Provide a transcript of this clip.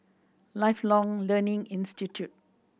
Lifelong Learning Institute